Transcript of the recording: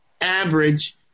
Average